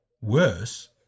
Worse